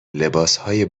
لباسهای